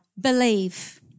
Believe